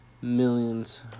millions